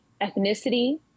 ethnicity